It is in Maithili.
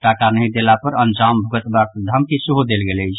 टाका नहि देला पर अंजाम भुगतबाक धमकी सेहो देल गेल अछि